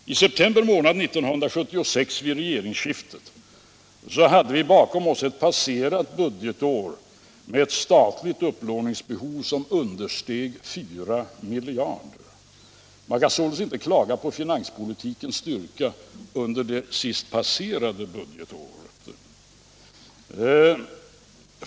Vid regeringsskiftet i septeraber månad 1976 hade vi bakom oss ett budgetår med ett statligt upplåningsbehov som understeg 4 miljarder kronor. Man kan således inte klaga på finanspolitikens styrka under det senast passerade budgetåret.